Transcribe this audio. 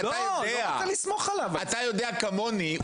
אתה יודע כמוני,